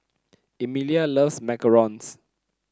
Emilia loves macarons